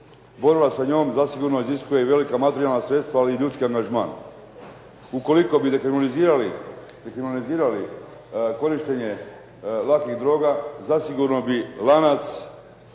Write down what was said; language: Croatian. Borba sa njom zasigurno iziskuje velika materijalna sredstva ali i ljudski angažman. Ukoliko bi dekriminalizirali korištenje lakih droga zasigurno bi lanac